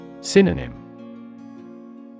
Synonym